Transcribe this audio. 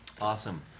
Awesome